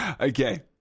Okay